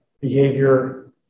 behavior